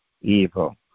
evil